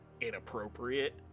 inappropriate